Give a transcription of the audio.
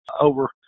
over